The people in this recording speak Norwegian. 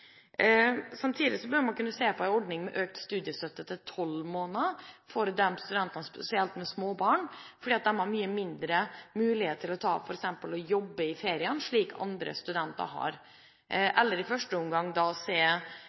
Samtidig bør man kunne se på en ordning med økt studiestøtte i tolv måneder for studenter med småbarn, fordi de har mye mindre mulighet til f.eks. å jobbe i ferien slik andre studenter har, eller i første omgang